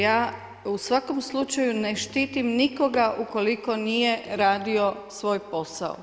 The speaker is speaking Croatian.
Ja u svakom slučaju ne štitim nikoga ukoliko nije radio svoj posao.